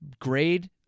grade